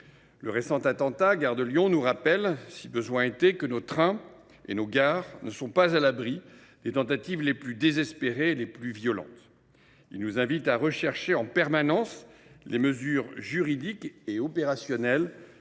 Le récent attentat survenu à la gare de Lyon nous rappelle, si besoin était, que nos trains et nos gares ne sont pas à l’abri des tentatives les plus désespérées et les plus violentes. Il nous invite à rechercher en permanence les mesures juridiques et opérationnelles